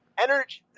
energy